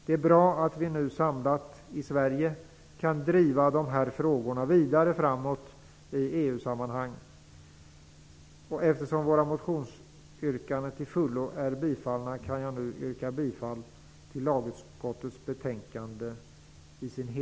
Det är bra att vi nu samlat i Sverige kan driva dessa frågor vidare framåt i EU-sammanhang. Eftersom våra motionsyrkanden till fullo är bifallna kan jag nu yrka bifall till hemställan i lagutskottets betänkande.